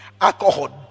alcohol